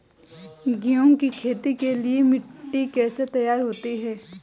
गेहूँ की खेती के लिए मिट्टी कैसे तैयार होती है?